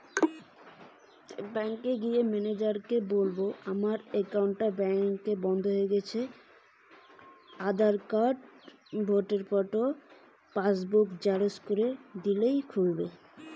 আমি কি করে আমার বন্ধ ব্যাংক একাউন্ট খুলতে পারবো?